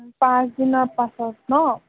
পাঁচদিনৰ পাছত ন